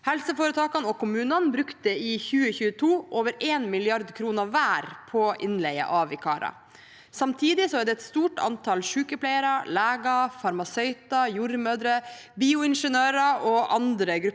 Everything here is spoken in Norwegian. Helseforetakene og kommunene brukte i 2022 over én milliard kroner hver på innleie av vikarer. Samtidig er det et stort antall sykepleiere, leger, farmasøyter, jordmødre, bioingeniører og andre grupper med